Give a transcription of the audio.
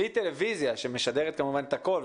בלי טלוויזיה שמשדרת כמובן את הכול,